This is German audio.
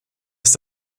ist